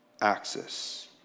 axis